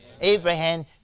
Abraham